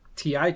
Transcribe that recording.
Ti